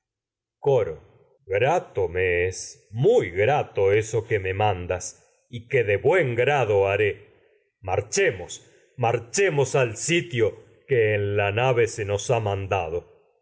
muy grato me es grato eso que me mandas al y que de buen en grado nave se haré nos marchemos marchemos sitio que la ha mandado